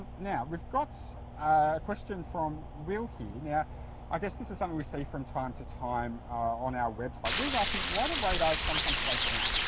now we've got a question from will here now yeah i guess this is something we see from time to time on our website. will's asking why do radars sometimes break down?